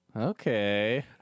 Okay